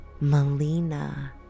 Melina